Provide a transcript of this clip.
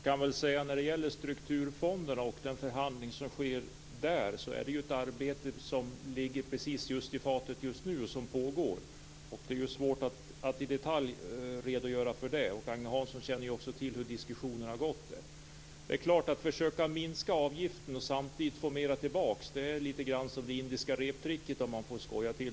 Fru talman! Det arbete som sker i förhandlingarna om strukturfonderna pågår just nu. Det är svårt att i detalj redogöra för det. Agne Hansson känner till hur diskussionerna har gått. Att försöka minska avgiften och samtidigt få mer tillbaka är lite grann som det indiska reptricket.